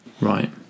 Right